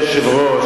אדוני היושב-ראש,